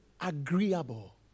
agreeable